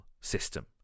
system